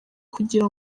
kugira